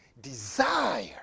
desire